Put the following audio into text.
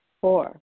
Four